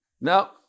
Now